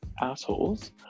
assholes